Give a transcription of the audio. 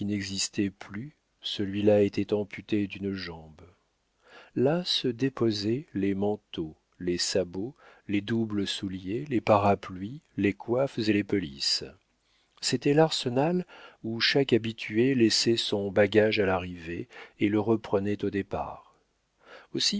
n'existait plus celui-là était amputé d'une jambe là se déposaient les manteaux les sabots les doubles souliers les parapluies les coiffes et les pelisses c'était l'arsenal où chaque habitué laissait son bagage à l'arrivée et le reprenait au départ